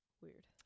Weird